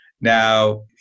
Now